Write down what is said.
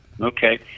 Okay